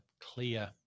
clear